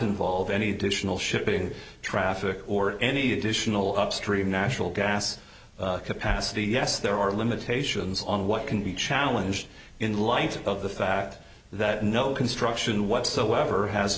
involve any additional shipping traffic or any additional upstream natural gas capacity yes there are limitations on what can be challenged in light of the fact that no construction whatsoever has